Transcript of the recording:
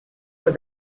with